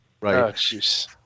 Right